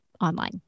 online